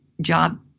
job